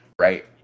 right